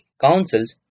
councils